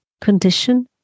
condition